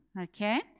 okay